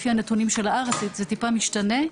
לפי הנתונים של הארץ זה טיפה משתנה.